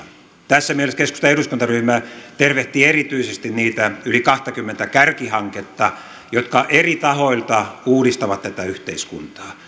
tässä mielessä keskustan eduskuntaryhmä tervehtii erityisesti niitä yli kahtakymmentä kärkihanketta jotka eri tahoilta uudistavat tätä yhteiskuntaa